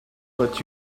but